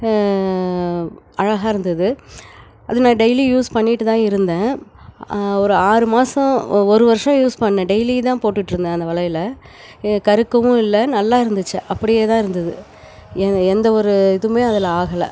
அழகாக இருந்தது அது நான் டெய்லி யூஸ் பண்ணிகிட்டு தான் இருந்தேன் ஒரு ஆறு மாசம் ஓ ஒரு வருஷம் யூஸ் பண்ணேன் டெய்லி தான் போட்டுட் இருந்தேன் அந்த வளையலை ஏ கருக்கவும் இல்லை நல்லா இருந்துச்சு அப்படியே தான் இருந்தது ஏ எந்த ஒரு இதுவுமே அதில் ஆகலை